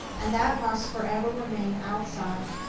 and that must for ever remain outside.